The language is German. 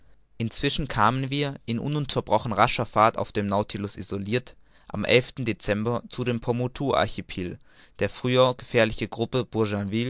inzwischen kamen wir in ununterbrochener rascher fahrt auf dem nautilus isolirt am dezember zu dem pomotou archipel der früher gefährlichen gruppe